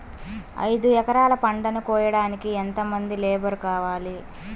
ఐదు ఎకరాల పంటను కోయడానికి యెంత మంది లేబరు కావాలి?